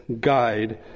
guide